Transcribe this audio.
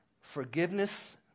forgiveness